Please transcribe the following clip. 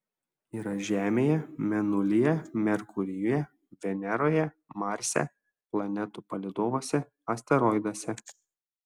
yra žemėje mėnulyje merkurijuje veneroje marse planetų palydovuose asteroiduose